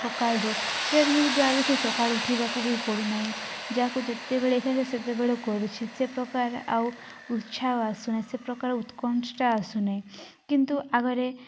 ସକାଳରୁ treadmill ଦ୍ୱାରା ସେ ସକାଳୁ ଉଠିବାକୁ ବି ପଡ଼ୁନାହିଁ ଯାହାକୁ ଯେତେବେଳେ ଇଚ୍ଛା ସେ ସେତେବେଳେ କରୁଛି ସେ ପ୍ରକାର ଆଉ ଉତ୍ସାହ ଆସୁନାହିଁ ସେ ପ୍ରକାର ଉତ୍କଣ୍ଠା ଆସୁନାହିଁ କିନ୍ତୁ ଆଗରେ